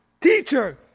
teacher